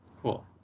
cool